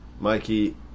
Mikey